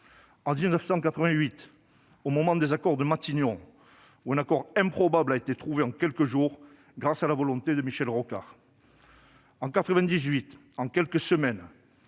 en 1988, au moment des accords de Matignon, où une entente improbable a été trouvée en quelques jours grâce à la volonté de Michel Rocard ; en 1998, en quelques semaines,